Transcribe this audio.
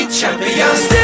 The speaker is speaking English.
champions